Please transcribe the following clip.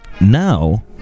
now